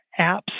apps